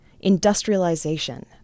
industrialization